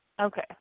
Okay